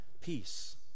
peace